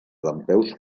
dempeus